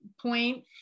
point